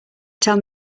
tell